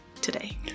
today